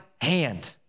hand